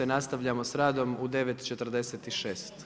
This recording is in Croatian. Nastavljamo sa radom u 9,46.